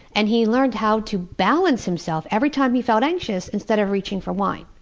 and he learned how to balance himself every time he felt anxious, instead of reaching for wine.